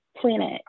planet